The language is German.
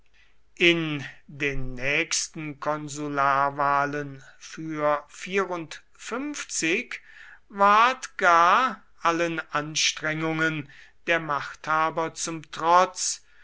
in den nächsten konsularwahlen für ward gar allen anstrengungen der machthaber zum trotz